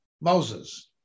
Moses